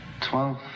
Twelve